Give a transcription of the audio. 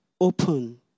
Open